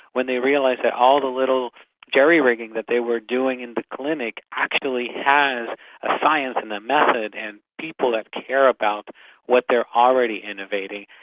when they realise like that all the little jerry-rigging that they were doing in the clinic actually has a science and a method and people that care about what they're already innovating,